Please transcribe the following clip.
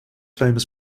famous